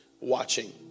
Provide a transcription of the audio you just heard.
watching